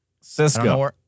Cisco